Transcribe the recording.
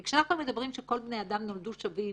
כי כשאנחנו מדברים שכל בני האדם נולדו שווים,